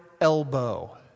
elbow